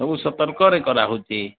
ସବୁ ସତର୍କରେ କରା ହେଉଛି